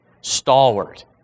stalwart